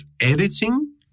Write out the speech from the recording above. editing